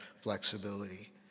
flexibility